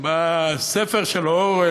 בספר של אורוול,